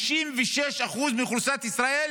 56% מאוכלוסיית ישראל